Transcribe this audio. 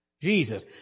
Jesus